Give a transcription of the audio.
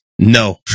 No